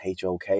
HOK